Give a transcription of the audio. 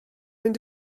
mynd